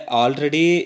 already